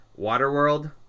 Waterworld